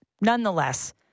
Nonetheless